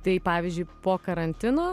tai pavyzdžiui po karantino